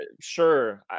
Sure